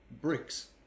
bricks